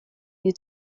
you